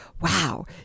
wow